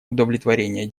удовлетворения